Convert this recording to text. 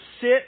sit